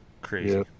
crazy